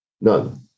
None